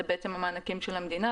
המענקים של המדינה,